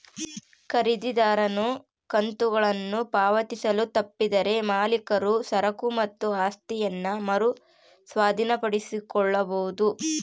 ಖರೀದಿದಾರನು ಕಂತುಗಳನ್ನು ಪಾವತಿಸಲು ತಪ್ಪಿದರೆ ಮಾಲೀಕರು ಸರಕು ಮತ್ತು ಆಸ್ತಿಯನ್ನ ಮರು ಸ್ವಾಧೀನಪಡಿಸಿಕೊಳ್ಳಬೊದು